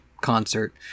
concert